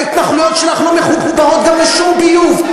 ההתנחלויות שלך לא מחוברות גם לשום ביוב,